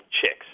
chicks